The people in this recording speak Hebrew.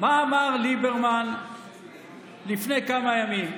מה אמר ליברמן לפני כמה ימים?